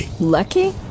Lucky